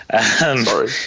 sorry